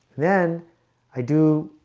then i do